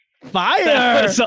Fire